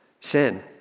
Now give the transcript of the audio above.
sin